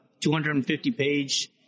250-page